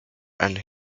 and